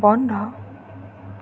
বন্ধ